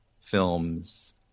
films